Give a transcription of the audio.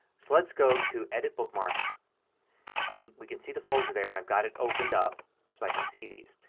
so let's go to edit bookmarks and we can see the folder there. and i've got it opened up so i can see these.